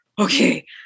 okay